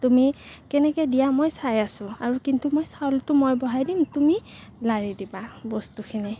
তুমি কেনেকৈ দিয়া মই চাই আছো আৰু কিন্তু মই চাউলটো মই বহাই দিম তুমি লাৰি দিবা বস্তুখিনি